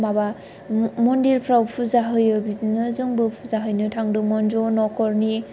माबा मदिरफ्राव फुजा होयो बिदिनो जोंबो फुजा हैनो थांदोंमोन ज' नखरनि